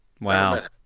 Wow